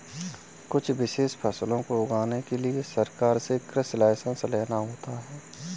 कुछ विशेष फसलों को उगाने के लिए सरकार से कृषि लाइसेंस लेना होता है